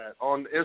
on